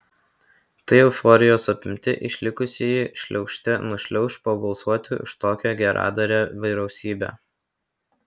tai euforijos apimti išlikusieji šliaužte nušliauš pabalsuoti už tokią geradarę vyriausybę